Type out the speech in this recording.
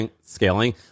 scaling